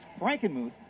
Frankenmuth